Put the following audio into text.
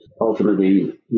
ultimately